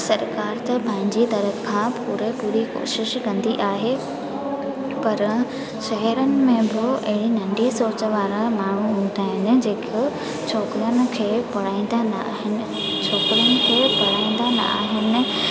सरकार जा पंहिंजी तरफ़ खां पूरी पूरी कोशिशि कंदी आहे पर शहरनि में बि ऐं नंढी सोचु वारा माण्हू हूंदा आहिनि जेको छोकिरनि खे पढ़ाईंदा न आहिनि छोकिरनि खे पढ़ाईंदा न आहिनि